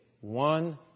one